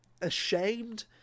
ashamed